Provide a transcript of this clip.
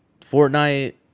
Fortnite